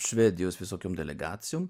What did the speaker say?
švedijos visokiom delegacijom